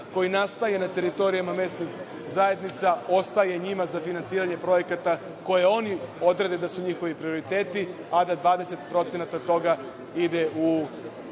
koji nastaje na teritorijama mesnih zajednica ostaje njima za finansiranje projekata koje oni odrede kao njihove prioritete, a da 20% toga ide u